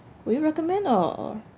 will you recommend or or